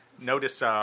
Notice